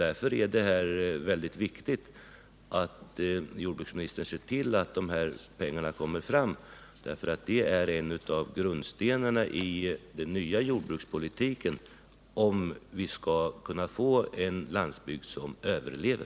Därför är det väldigt viktigt att jordbruksministern ser till att pengarna kommer fram. Stödet är en av grundstenarna i den nya jordbrukspolitiken om vi skall kunna få en landsbygd som överlever.